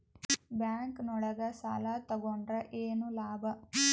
Bank ನೊಳಗ ಸಾಲ ತಗೊಂಡ್ರ ಏನು ಲಾಭ?